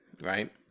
right